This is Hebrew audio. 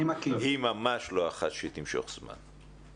היא ממש לא אחת שתמשוך זמן,